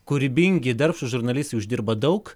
kūrybingi darbštūs žurnalistai uždirba daug